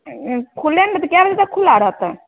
खुलले ने तऽ कए बजे तक खुला रहतै